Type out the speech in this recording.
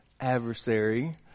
Adversary